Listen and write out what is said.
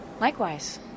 Likewise